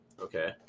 Okay